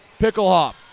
Picklehop